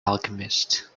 alchemist